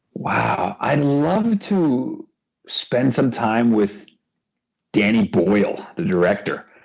wow, i'd love to spend some time with danny boyle, the director.